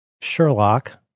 Sherlock